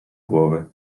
głowy